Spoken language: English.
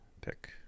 pick